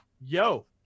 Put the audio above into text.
yo